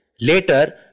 Later